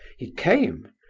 he came.